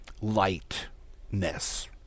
lightness